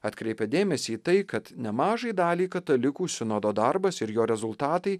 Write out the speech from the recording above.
atkreipia dėmesį į tai kad nemažai daliai katalikų sinodo darbas ir jo rezultatai